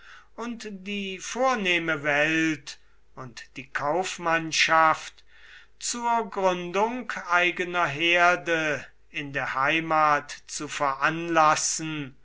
und die vornehme welt und die kaufmannschaft zur gründung eigener herde in der heimat zu veranlassen